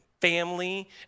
family